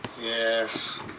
Yes